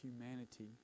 humanity